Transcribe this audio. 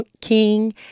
King